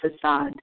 facade